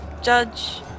judge